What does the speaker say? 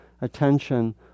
attention